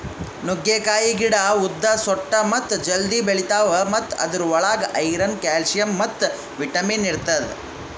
ನುಗ್ಗೆಕಾಯಿ ಗಿಡ ಉದ್ದ, ಸೊಟ್ಟ ಮತ್ತ ಜಲ್ದಿ ಬೆಳಿತಾವ್ ಮತ್ತ ಅದುರ್ ಒಳಗ್ ಐರನ್, ಕ್ಯಾಲ್ಸಿಯಂ ಮತ್ತ ವಿಟ್ಯಮಿನ್ ಇರ್ತದ